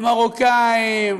המרוקאים,